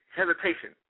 hesitation